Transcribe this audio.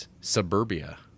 Suburbia